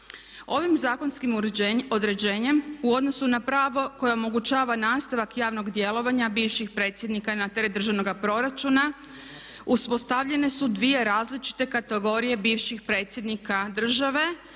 Ovim zakonskim određenjem u odnosu na pravo koje omogućava nastavak javnog djelovanja bivših predsjednika na teret državnoga proračuna uspostavljene su dvije različite kategorije bivših predsjednika države